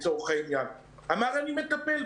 הוא אמר שהוא מטפל.